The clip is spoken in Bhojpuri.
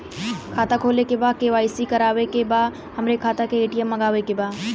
खाता खोले के बा के.वाइ.सी करावे के बा हमरे खाता के ए.टी.एम मगावे के बा?